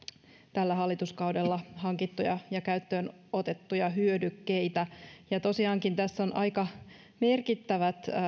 tällä hallituskaudella hankittuja ja käyttöönotettuja hyödykkeitä tosiaankin tässä on aika merkittävät